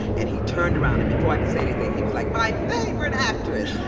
and he turned around and before i could say anything, he was like, my favorite actress.